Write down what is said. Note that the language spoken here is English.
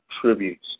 tributes